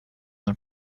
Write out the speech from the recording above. and